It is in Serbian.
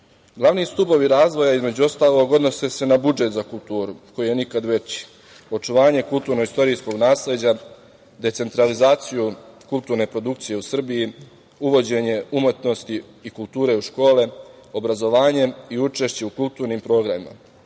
biti. Glavni stubovi razvoja, između ostalog, odnose se na budžet za kulturu, koji je nikad veći, očuvanje kulturno-istorijskog nasleđa, decentralizaciju kulturne produkcije u Srbiji, uvođenje umetnosti i kulture u škole, obrazovanjem i učešćem u kulturnim programima,